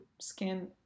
skin